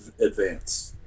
advance